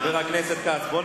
כץ, אתה